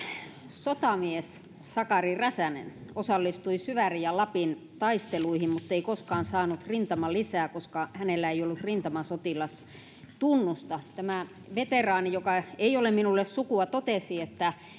sotamies sakari räsänen osallistui syvärin ja lapin taisteluihin muttei koskaan saanut rintamalisää koska hänellä ei ollut rintamasotilastunnusta tämä veteraani joka ei ole minulle sukua totesi että